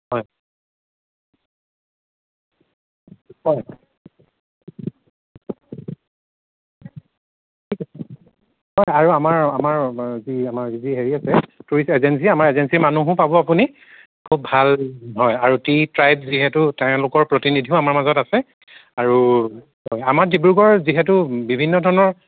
হয় হয় আৰু আমাৰ আমাৰ যি হেৰি আছে টুৰিষ্ট এজেঞ্চী আমাৰ এজেঞ্চী মানুহো পাব আপুনি খুব ভাল হয় আৰু টি ট্ৰাইব যিহেতু তেওঁলোকৰ প্ৰতিনিধিও আমাৰ মাজত আছে আৰু আমাৰ ডিব্ৰুগড় যিহেতু বিভিন্ন ধৰণৰ